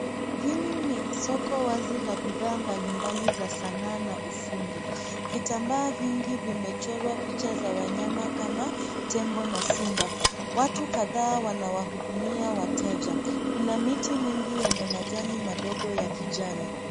Hili ni soko wazi la bidhaa mbalimbali za sanaa na ufundi. Vitambaa vingi vimechorwa picha za wanyama kama tembo na simba. Watu kadhaa wanawahudumia wateja. Kuna mingi yenye majani madogo ya kijani.